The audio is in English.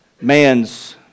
man's